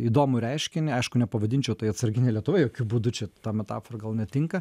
įdomų reiškinį aišku nepavadinčiau tai atsargine lietuva jokiu būdu čia ta metafora gal netinka